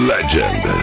Legend